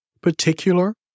particular